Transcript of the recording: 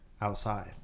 outside